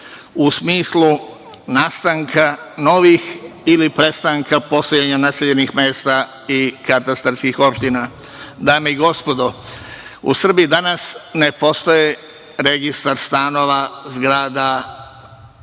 u smislu nastanka novih ili prestanka postojanja naseljenih mesta i katastarskih opština. Dame i gospodo, u Srbiji danas ne postoji registar stanova, zgrada